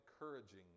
encouraging